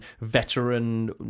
veteran